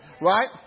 right